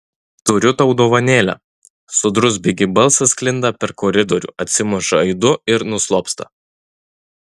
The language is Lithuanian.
turiu tau dovanėlę sodrus bigi balsas sklinda per koridorių atsimuša aidu ir nuslopsta